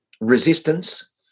resistance